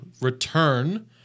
return